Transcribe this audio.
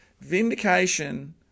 Vindication